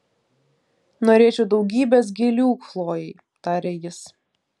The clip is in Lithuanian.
norėčiau daugybės gėlių chlojei tarė jis